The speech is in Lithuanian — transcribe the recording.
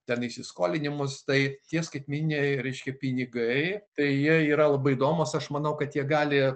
ten įsiskolinimus tai tie skaitmeniniai reiškia pinigai tai jie yra labai įdomūs aš manau kad jie gali